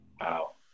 Wow